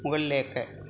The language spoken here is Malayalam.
മുകളിലേക്ക്